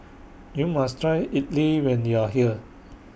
YOU must Try Idili when YOU Are here